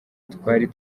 twari